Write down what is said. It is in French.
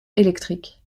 électrique